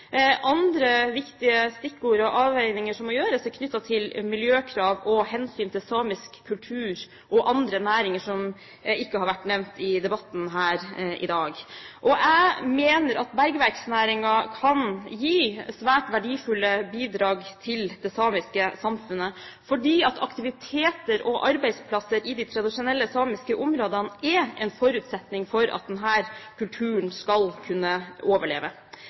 Andre viktige stikkord og avveininger som må gjøres, er knyttet til miljøkrav og hensynet til samisk kultur, og andre næringer som ikke har vært nevnt i debatten her i dag. Jeg mener at bergverksnæringen kan gi svært verdifulle bidrag til det samiske samfunnet, fordi aktiviteter og arbeidsplasser i de tradisjonelle samiske områdene er en forutsetning for at denne kulturen skal kunne overleve.